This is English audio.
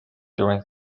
during